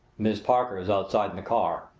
miss parker is outside in the car,